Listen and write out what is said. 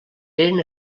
eren